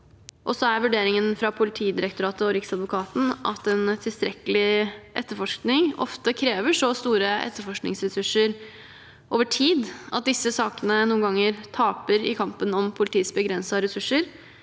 vurderingene fra Politidirektoratet og Riksadvokaten at en tilstrekkelig etterforskning ofte krever så store etterforskningsressurser over tid at disse sakene noen ganger taper i kampen om politiets begrensede ressurser.